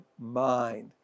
mind